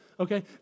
Okay